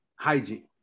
hygiene